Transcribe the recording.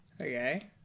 Okay